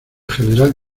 general